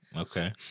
Okay